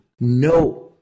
No